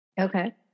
Okay